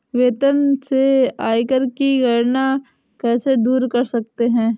वेतन से आयकर की गणना कैसे दूर कर सकते है?